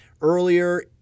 earlier